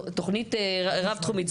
תוכנית רב-תחומית,